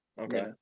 Okay